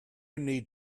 need